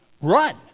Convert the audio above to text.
run